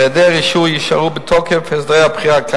ולאחר מכן,